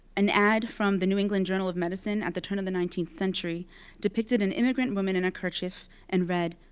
an ad from the new england journal of medicine at the turn of the nineteenth century depicted an immigrant woman in a kerchief and read,